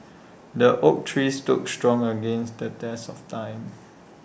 the oak tree stood strong against the test of time